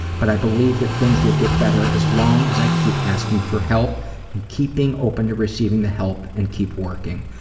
but i believe things things will get better as long as i keep asking for help and keep being open to receiving the help and keep working.